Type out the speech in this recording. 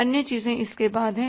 अन्य चीजें इसके बाद हैं